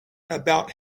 about